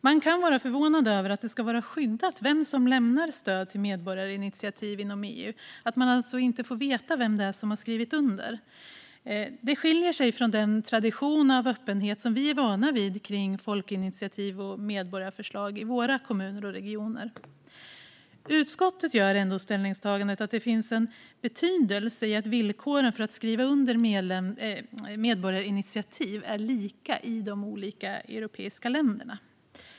Man kan vara förvånad över att det ska vara skyddat vem som lämnar stöd till medborgarinitiativ inom EU, att man alltså inte får veta vem det är som har skrivit under. Det skiljer sig från den tradition av öppenhet som vi är vana vid kring folkinitiativ och medborgarförslag i våra kommuner och regioner. Utskottet gör ändå ställningstagandet att det finns en betydelse i att villkoren för att skriva under medborgarinitiativ är lika i de olika EU-länderna.